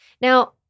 Now